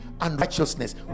unrighteousness